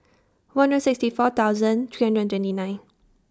one hundred sixty four thousand three hundred and twenty nine